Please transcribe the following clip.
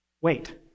Wait